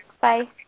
bye